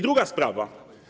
Druga sprawa.